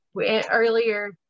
earlier